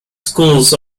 schools